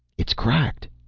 it's cracked,